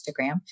Instagram